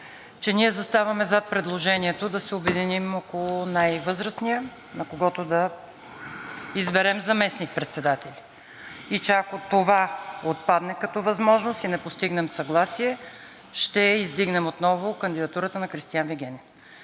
че ние заставаме зад предложението да се обединим около най-възрастния, на когото да изберем заместник-председатели, и че ако това отпадне като възможност и не постигнем съгласие, ще издигнем отново кандидатурата на Кристиан Вигенин.